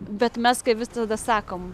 bet mes kaip visada sakom